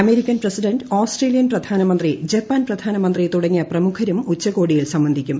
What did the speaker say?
American president Australian പ്രധാനമന്ത്രി Japan പ്രധാനമന്ത്രി തുടങ്ങിയ പ്രമുഖരും ഉച്ചകോടിയിൽ സംബന്ധിക്കും